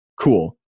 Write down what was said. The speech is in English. Cool